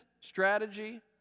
strategy